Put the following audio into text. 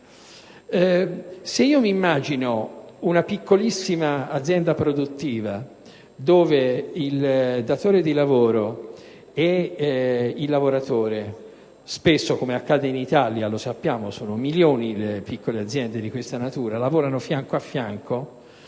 parti. Immagino una piccolissima azienda produttiva dove il datore di lavoro e il lavoratore, come spesso accade in Italia (sono milioni le piccole aziende di questa natura), lavorano fianco a fianco,